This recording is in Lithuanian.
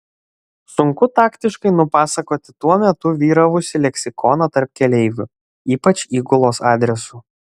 sunku taktiškai nupasakoti tuo metu vyravusį leksikoną tarp keleivių ypač įgulos adresu